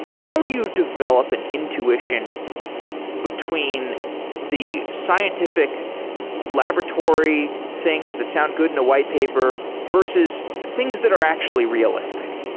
how do you develop an intuition between the scientific laboratory, things that sound good in a white paper, versus things that are actually realistic?